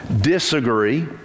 disagree